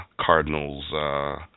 Cardinals